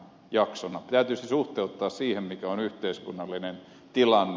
täytyisi suhteuttaa siihen mikä on yhteiskunnallinen tilanne